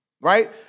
Right